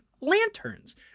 lanterns